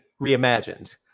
reimagined